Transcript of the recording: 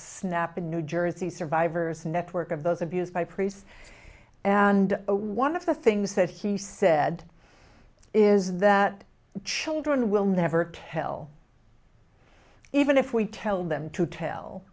snap a new jersey survivors network of those abused by priests and one of the things that he said is that children will never tell even if we tell them to tell